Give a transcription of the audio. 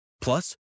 Plus